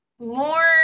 more